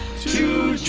to